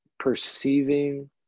perceiving